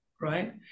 right